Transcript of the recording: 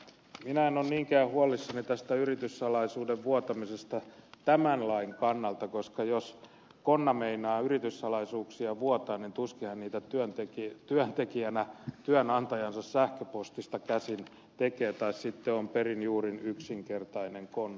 minä en ole niinkään huolissani tästä yrityssalaisuuden vuotamisesta tämän lain kannalta koska jos konna meinaa yrityssalaisuuksia vuotaa niin tuskin hän niitä työntekijänä työnantajansa sähköpostista käsin tekee tai sitten on perin juurin yksinkertainen konna